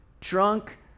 drunk